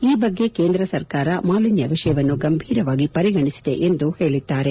ಈ ಬಗ್ಗೆ ಕೇಂದ್ರ ಸರ್ಕಾರವು ಮಾಲಿನ್ಯ ವಿಷಯವನ್ನು ಗಂಭೀರವಾಗಿ ಪರಿಗಣಿಸಿದೆ ಎಂದು ಹೇಳಿದ್ದಾರೆ